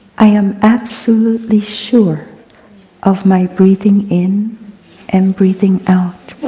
i am absolutely sure of my breathing in and breathing out,